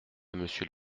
monsieur